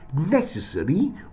necessary